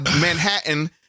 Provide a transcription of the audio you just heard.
Manhattan